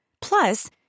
Plus